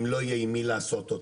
אם לא יהיה עם מי לעשות את